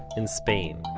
in spain